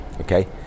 okay